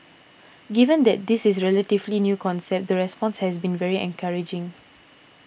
given that this is a relatively new concept the response has been very encouraging